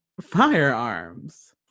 firearms